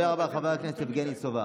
הדובר הבא, חבר הכנסת יבגני סובה,